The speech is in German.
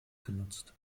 genutzt